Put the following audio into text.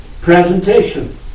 presentation